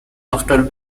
after